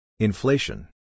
Inflation